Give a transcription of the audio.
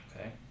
Okay